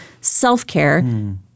self-care